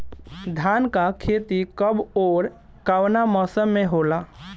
धान क खेती कब ओर कवना मौसम में होला?